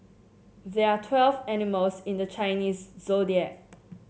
there are twelve animals in the Chinese Zodiac